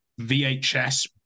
VHS